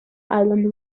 island